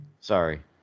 sorry